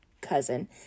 cousin